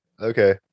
Okay